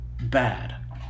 bad